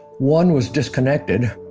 one was disconnected,